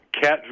cat